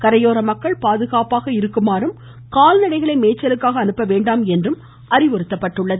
கரையோர மக்கள் பாதுகாப்பாக இருக்குமாறும் கால்நடைகளை மேய்ச்சலுக்காக அனுப்ப வேண்டாம் என்றும் அறிவுறுத்தப்பட்டுள்ளது